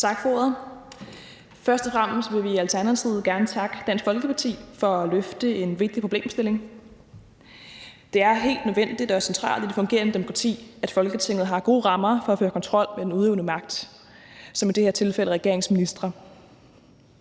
Tak for ordet. Først og fremmest vil vi i Alternativet gerne takke Dansk Folkeparti for at tage en vigtig problemstilling op. Det er helt nødvendigt og centralt i det fungerende demokrati, at Folketinget har gode rammer for at føre kontrol med den udøvende magt, som i det her tilfælde er regeringens ministre.